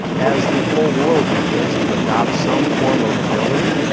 as the whole world begins to adopt some form of mobility,